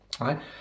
Right